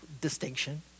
distinction